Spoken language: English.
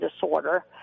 disorder